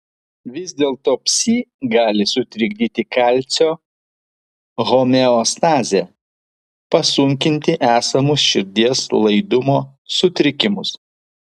vis dėlto psi gali sutrikdyti kalcio homeostazę pasunkinti esamus širdies laidumo sutrikimus